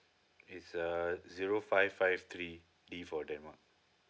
it's uh zero five five three D for denmark